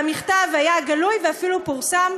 והמכתב היה גלוי ואפילו פורסם.